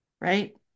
right